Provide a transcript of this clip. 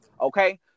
Okay